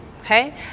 okay